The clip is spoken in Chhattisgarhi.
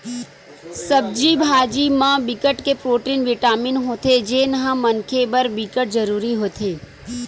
सब्जी भाजी के म बिकट के प्रोटीन, बिटामिन होथे जेन ह मनखे बर बिकट जरूरी होथे